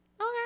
Okay